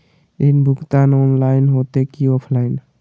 ऋण भुगतान ऑनलाइन होते की ऑफलाइन?